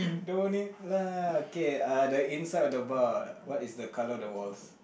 don't need lah okay uh the inside of the bar what is the color of the walls